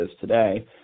today